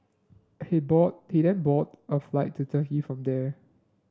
he board he then boarded a flight to Turkey from there